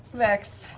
vex.